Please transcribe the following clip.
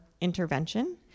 intervention